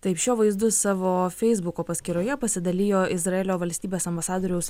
taip šiuo vaizdu savo feisbuko paskyroje pasidalijo izraelio valstybės ambasadoriaus